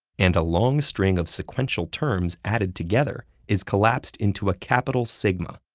and a long string of sequential terms added together is collapsed into a capital sigma.